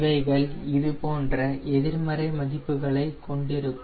இவைகள் இதுபோன்ற எதிர்மறை மதிப்புகளைக் கொண்டிருக்கும்